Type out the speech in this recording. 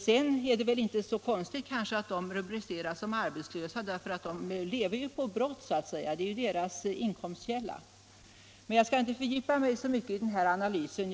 Det är väl inte så konstigt att dessa personer rubriceras som arbetslösa, för de lever ju på brott — det är deras inkomstkälla. Men jag skall inte fördjupa mig så mycket i den här analysen.